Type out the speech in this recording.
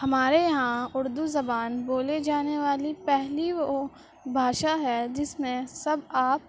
ہمارے یہاں اردو زبان بولے جانے والی پہلی وہ بھاشا ہے جس میں سب آپ